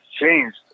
changed